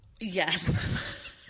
Yes